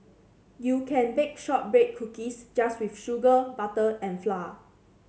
you can bake shortbread cookies just with sugar butter and flour